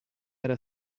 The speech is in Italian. era